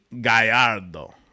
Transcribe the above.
Gallardo